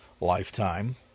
lifetime